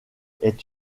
est